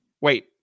wait